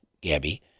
Gabby